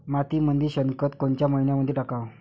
मातीमंदी शेणखत कोनच्या मइन्यामंधी टाकाव?